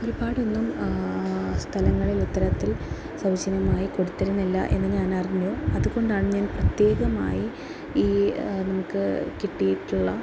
ഒരുപാട് ഇന്നും സ്ഥലങ്ങളിൽ ഇത്തരത്തിൽ സൗജന്യമായി കൊടുത്തിരുന്നില്ല എന്നു ഞാനറിഞ്ഞു അതു കൊണ്ടാണ് ഞാൻ പ്രത്യേകമായി ഈ നമുക്ക് കിട്ടിയിട്ടുള്ള